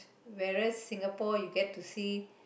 wheres as Singapore you get to see